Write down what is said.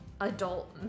adult